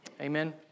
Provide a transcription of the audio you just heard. Amen